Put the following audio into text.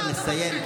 תני לו לסיים,